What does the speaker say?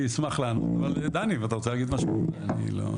אני אשמח לענות אבל דני אם אתה רוצה להגיד משהו אני אשמח.